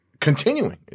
continuing